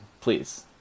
Please